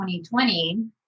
2020